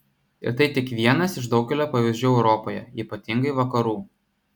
ir tai tik vienas iš daugelio pavyzdžių europoje ypatingai vakarų